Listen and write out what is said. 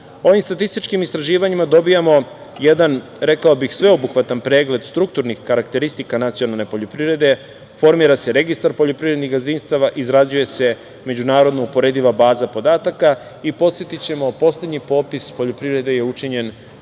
statističkim istraživanjima dobijamo jedan, rekao bih, sveobuhvatan pregled strukturnih karakteristika nacionalne poljoprivrede, formira se registar poljoprivrednih gazdinstava, izrađuje se međunarodno uporediva baza podataka. Podsetiću, poslednji popis poljoprivrede je učinjen